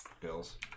Bills